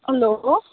hello